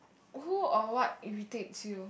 who or what irritates you